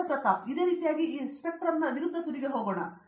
ಪ್ರತಾಪ್ ಹರಿದಾಸ್ ಇದೇ ರೀತಿಯಾಗಿ ಈ ಸ್ಪೆಕ್ಟ್ರಮ್ನ ವಿರುದ್ಧ ತುದಿಗೆ ಹೋಗಬಹುದು